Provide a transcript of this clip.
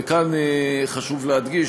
וכאן חשוב להדגיש,